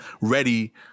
ready